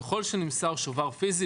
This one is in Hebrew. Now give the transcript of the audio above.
ככל שנמסר שובר פיזי